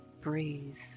Breathe